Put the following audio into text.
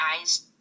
eyes